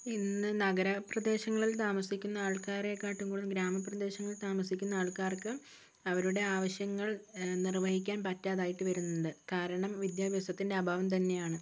ഇന്ന് നഗരപ്രദേശങ്ങളിൽ താമസിക്കുന്ന ആൾക്കാരെക്കാളും കൂടുതൽ ഗ്രാമപ്രദേശങ്ങളിൽ താമസിക്കുന്ന ആൾക്കാർക്ക് അവരുടെ ആവശ്യങ്ങൾ നിർവഹിക്കാൻ പറ്റാതായിട്ട് വരുന്നുണ്ട് കാരണം വിദ്യാഭ്യാസത്തിൻ്റെ അഭാവം തന്നെയാണ്